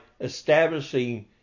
establishing